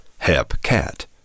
hepcat